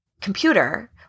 computer